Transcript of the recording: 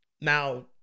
now